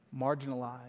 marginalized